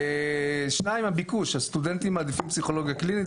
שנית: הביקוש הסטודנטים מעדיפים פסיכולוגיה קלינית,